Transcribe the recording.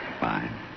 Fine